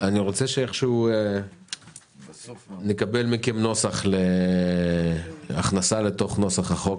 אני רוצה לקבל מכם נוסח להכנסה לנוסח החוק